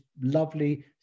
lovely